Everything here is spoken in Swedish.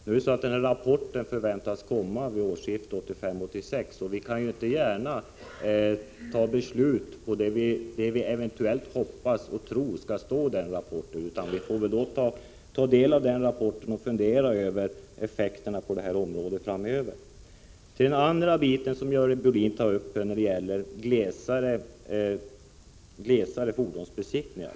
VTI:s rapport väntas komma vid årsskiftet 1985-1986, och vi kan inte gärna ta beslut på det som vi hoppas och tror skall stå i den rapporten, utan vi får först ta del av rapporten och fundera över effekterna på det här området framöver. Den andra frågan som Görel Bohlin tar upp gäller glesare fordonsbesiktningar.